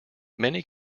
many